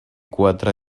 quatre